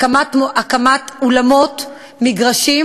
הקמת אולמות, מגרשים,